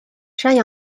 山羊